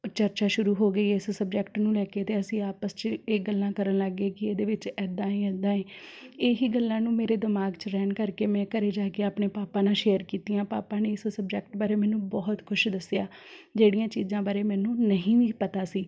ਚਰਚਾ ਸ਼ੁਰੂ ਹੋ ਗਈ ਇਸ ਸਬਜੈਕਟ ਨੂੰ ਲੈ ਕੇ ਅਤੇ ਅਸੀਂ ਆਪਸ 'ਚ ਇਹ ਗੱਲਾਂ ਕਰਨ ਲੱਗ ਗਏ ਕਿ ਇਹਦੇ ਵਿੱਚ ਇੱਦਾਂ ਹੈ ਇੱਦਾਂ ਹੀ ਇਹੀ ਗੱਲਾਂ ਨੂੰ ਮੇਰੇ ਦਿਮਾਗ਼ 'ਚ ਰਹਿਣ ਕਰਕੇ ਮੈਂ ਘਰ ਜਾ ਕੇ ਆਪਣੇ ਪਾਪਾ ਨਾਲ ਸ਼ੇਅਰ ਕੀਤੀਆਂ ਪਾਪਾ ਨੇ ਇਸ ਸਬਜੈਕਟ ਬਾਰੇ ਮੈਨੂੰ ਬਹੁਤ ਕੁਛ ਦੱਸਿਆ ਜਿਹੜੀਆਂ ਚੀਜ਼ਾਂ ਬਾਰੇ ਮੈਨੂੰ ਨਹੀਂ ਪਤਾ ਸੀ